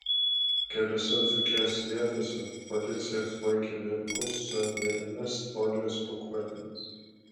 keliose dzūkijos vietose policija sulaikė vyrukus su įvairiomis folijos pakuotėmis